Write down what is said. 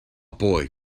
boy